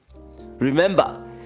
remember